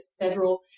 federal